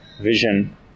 vision